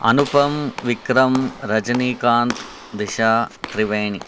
Anupam Vikram Rajinikanth Disha Triveni